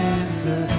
answer